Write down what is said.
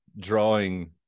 drawing